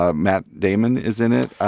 ah matt damon is in it.